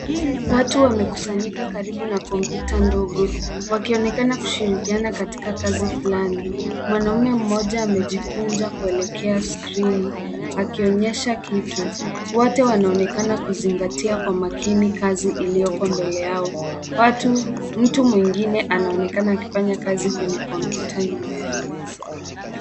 Watu wamekusanyika karibu na kompyuta ndogo wakionekana kushirikiana katika shughuli fulani. Mwanaume mmoja amejikunja kuelekea skrini akionyesha kitu. Wote wanaonekana kuzingatia kwa makini kazi iliyoko mbele yao. Mtu mwingine anaonekana akifanya kazi kwenye kompyuta nyuma yao.